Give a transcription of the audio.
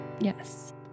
Yes